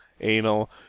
anal